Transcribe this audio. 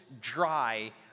dry